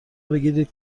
بگیرید